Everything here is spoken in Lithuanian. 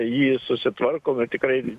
jį susitvarkom ir tikrai